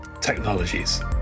Technologies